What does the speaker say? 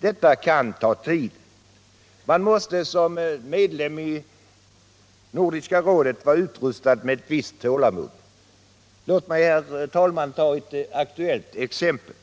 Det kan ta tid, och man måste som medlem i Nordiska rådet vara utrustad med ett visst tålamod. Låt mig, herr talman, ta ett aktuellt exempel.